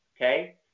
Okay